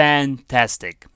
Fantastic